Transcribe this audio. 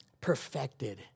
Perfected